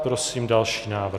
Prosím další návrh.